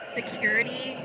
security